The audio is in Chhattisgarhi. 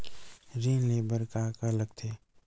ऋण ले बर का का लगथे?